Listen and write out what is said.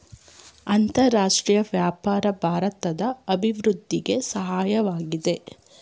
ಅಂತರರಾಷ್ಟ್ರೀಯ ವ್ಯಾಪಾರ ಭಾರತದ ಅಭಿವೃದ್ಧಿಗೆ ಸಹಾಯವಾಗಿದೆ